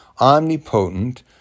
Omnipotent